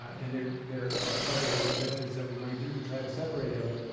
and there there are other methods that we might do to try to separate out